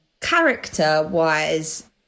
character-wise